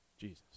Jesus